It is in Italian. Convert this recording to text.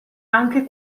anche